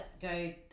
go